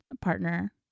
partner